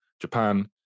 Japan